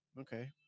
Okay